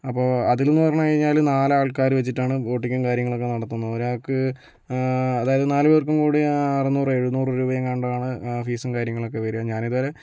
അപ്പോൾ അതിലെന്ന് പറഞ്ഞ് കഴിഞ്ഞാല് നാലാൾക്കാര് വച്ചിട്ടാണ് ബോട്ടിങ്ങും കാര്യങ്ങളൊക്കെ നടത്തുന്നത് ഒരാൾക്ക് അതായത് നാല് പേർക്കും കൂടി അറുനൂറ് എഴുനൂറ് രൂപ എങ്ങാണ്ടാണ് ഫീസും കാര്യങ്ങളക്കെ വരിക ഞാനിതേ വരെ